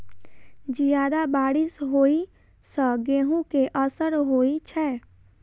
जियादा बारिश होइ सऽ गेंहूँ केँ असर होइ छै?